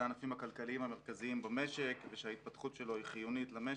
הענפים הכלכליים המרכזיים במשק ושההתפתחות שלו היא חיונית למשק.